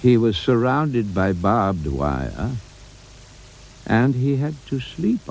he was surrounded by bob why and he had to sleep